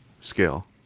scale